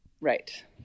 right